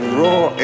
raw